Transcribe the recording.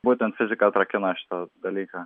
būtent fizika atrakino šitą dalyką